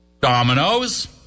Dominoes